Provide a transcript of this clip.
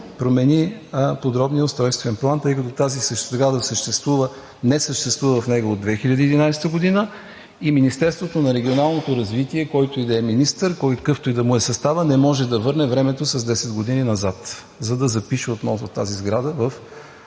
промени подробният устройствен план, тъй като тази сграда не съществува в него от 2011 г. и Министерството на регионалното развитие, който и да е министър, какъвто и да му е съставът, не може да върне времето с 10 години назад, за да запише отново тази сграда в